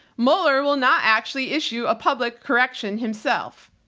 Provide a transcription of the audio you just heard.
mueller will not actually issue a public correction himself.